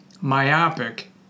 myopic